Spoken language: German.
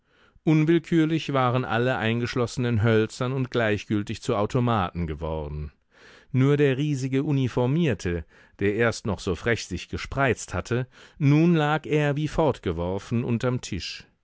unwillkürlich waren alle eingeschlossenen hölzern und gleichgültig zu automaten geworden nur der riesige uniformierte der erst noch so frech sich gespreizt hatte nun lag er wie fortgeworfen unterm tisch